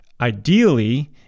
ideally